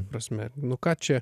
prasme nu ką čia